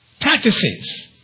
practices